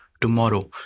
tomorrow